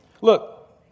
Look